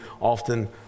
often